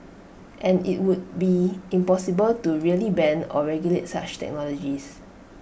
and IT would be impossible to really ban or regulate such technologies